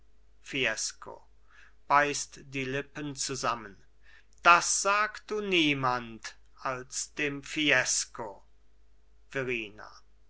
fiesco beißt die lippen zusammen das sag du niemand als dem fiesco